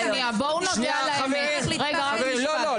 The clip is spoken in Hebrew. חברים,